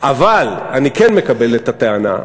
אבל אני כן מקבל את הטענה,